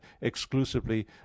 exclusively